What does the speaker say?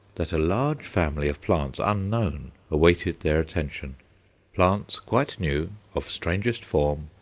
that a large family of plants unknown awaited their attention plants quite new, of strangest form,